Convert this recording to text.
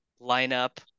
lineup